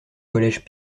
collège